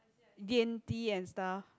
gain tea and stuff